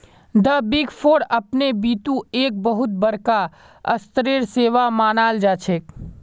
द big four अपने बितु एक बहुत बडका स्तरेर सेवा मानाल जा छेक